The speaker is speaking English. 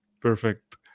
Perfect